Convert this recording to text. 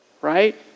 Right